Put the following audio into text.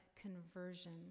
conversion